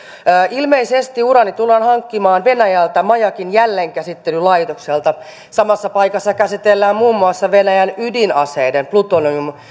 ilmeisesti uraani tullaan hankkimaan venäjältä majakin jälleenkäsittelylaitokselta samassa paikassa käsitellään muun muassa venäjän ydinaseiden plutonium